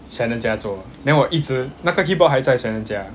shannon 家做 then 我一直那个 keyboard 还在 shannon 家